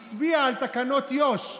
הצביע על תקנות יו"ש.